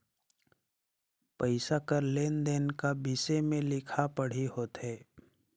पइसा कर लेन देन का बिसे में लिखा पढ़ी होथे